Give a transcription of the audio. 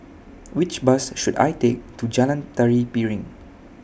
Which Bus should I Take to Jalan Tari Piring